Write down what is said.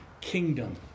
kingdom